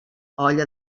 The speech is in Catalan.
olla